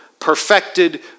perfected